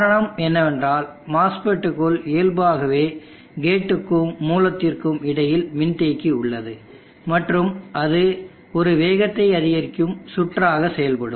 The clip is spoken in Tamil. காரணம் என்னவென்றால் MOSFET க்குள் இயல்பாகவே கேட்டுக்கும் மூலத்திற்கும் இடையில் மின்தேக்கி உள்ளது மற்றும் அது ஒரு வேகத்தை அதிகரிக்கும் சுற்றாக செயல்படும்